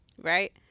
right